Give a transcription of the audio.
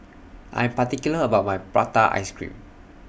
I'm particular about My Prata Ice Cream